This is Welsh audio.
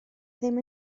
ddim